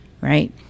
Right